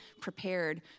prepared